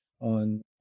on